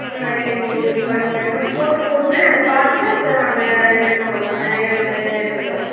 ம் இல்லைங்க இது இப்ப நீங்கள் இதை மட்டும் போட்டுக் கொடுங்க நாங்கள் பார்த்துட்டு அப்பறம் நாங்கள் எடுத்துக்கிறோம் மேம் நிறையவே எடுத்துக்கிறோம்